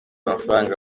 amafaranga